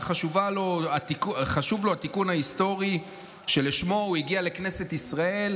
חשוב לו התיקון ההיסטורי שלשמו הוא הגיע לכנסת ישראל,